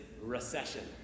recession